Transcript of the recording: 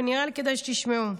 ונראה לי שכדאי שתשמעו.